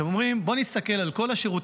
אתם אומרים: בואו נסתכל על כל השירותים